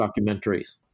documentaries